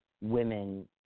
women